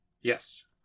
Yes